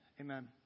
Amen